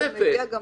תוספת.